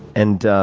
and,